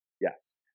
Yes